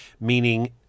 meaning